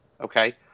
okay